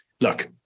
look-